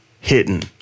hidden